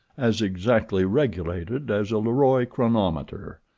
as exactly regulated as a leroy chronometer.